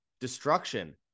destruction